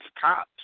cops